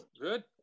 Good